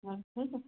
हाँ ठीक है